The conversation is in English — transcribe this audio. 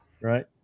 right